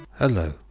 Hello